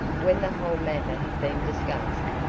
when the whole matter had been discussed,